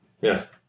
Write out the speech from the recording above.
Yes